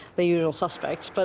the usual suspects. but